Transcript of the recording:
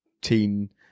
teen